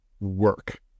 work